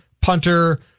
punter